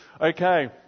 Okay